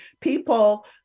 people